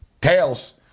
tails